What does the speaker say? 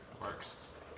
works